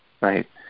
right